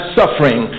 suffering